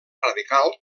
radical